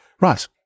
right